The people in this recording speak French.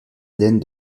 hélène